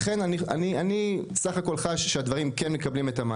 לכן אני בסך הכול חושב שהדברים כן מקבלים את המענה.